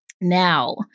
Now